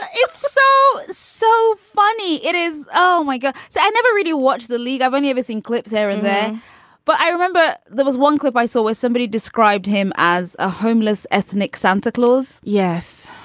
ah it's so so funny. it is. oh my god so i never really watch the league of any of us in clips here and there but i remember there was one clip i saw where somebody described him as a homeless ethnic santa claus. yes.